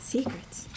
Secrets